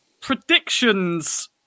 predictions